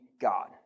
God